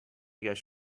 guess